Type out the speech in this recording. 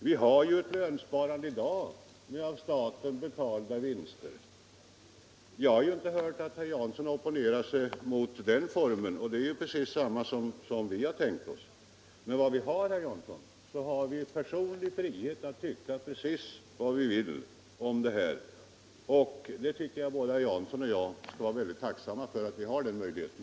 Vi har lönsparande i dag med av staten betalda vinster. Jag har inte hört att herr Jansson opponerar sig mot den formen, och det är precis detsamma som vi har tänkt oss. Men vad vi har, herr Jansson, är personlig frihet att tycka precis vad vi vill om det här, och jag tycker att både herr Jansson och jag skall vara väldigt tacksamma för att vi har den möjligheten.